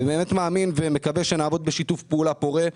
אני מאמין ומקווה שנעבוד בשיתוף פעולה פורה.